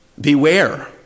Beware